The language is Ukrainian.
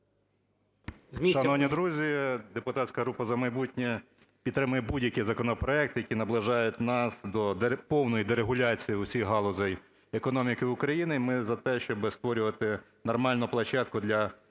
Шановні друзі, депутатська група "За майбутнє" підтримає будь-який законопроект, який наближає нас до повної дерегуляції усіх галузей економіки України. І ми за те, щоби створювати нормальну площадку для